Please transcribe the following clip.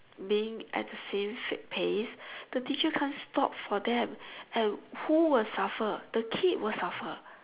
being at the same pace the teacher can't stop for them and who will suffer the kid will suffer